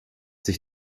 sich